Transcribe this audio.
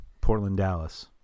Portland-Dallas